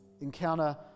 encounter